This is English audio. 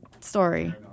story